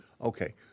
Okay